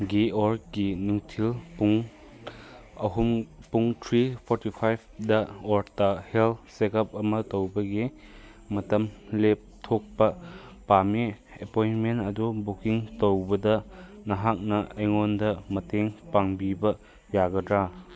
ꯒꯤ ꯑꯣꯔ ꯀꯤ ꯅꯨꯡꯊꯤꯜ ꯄꯨꯡ ꯑꯍꯨꯝ ꯄꯨꯡ ꯊ꯭ꯔꯤ ꯐꯣꯔꯇꯤ ꯐꯥꯏꯚꯗ ꯑꯣꯔ ꯇ ꯍꯦꯜ ꯆꯦꯛ ꯑꯞ ꯌꯧꯕꯒꯤ ꯃꯇꯝ ꯂꯦꯞꯊꯣꯛꯄ ꯄꯥꯝꯃꯤ ꯑꯦꯄꯣꯏꯟꯃꯦꯟ ꯑꯗꯨ ꯕꯨꯛꯀꯤꯡ ꯇꯧꯕꯗ ꯅꯍꯥꯛꯅ ꯑꯩꯉꯣꯟꯗ ꯃꯇꯦꯡ ꯄꯥꯡꯕꯤꯕ ꯌꯥꯒꯗ꯭ꯔꯥ